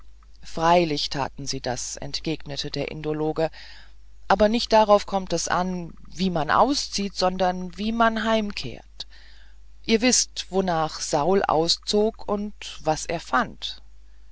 freilich taten sie das entgegnete der indologe aber nicht darauf kommt es an wie man auszieht sondern wie man heimkehrt ihr wißt wonach saul auszog und was er fand